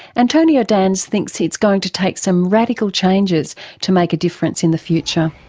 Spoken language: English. antonio dans thinks it's going to take some radical changes to make a difference in the future.